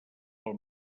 pel